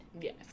Yes